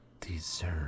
deserve